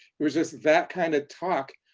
it was just that kind of talk.